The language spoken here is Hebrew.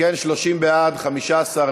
התשע"ו